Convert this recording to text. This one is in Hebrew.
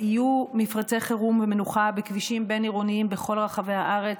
יהיו מפרצי חירום ומנוחה בכבישים בין-עירוניים בכל רחבי הארץ,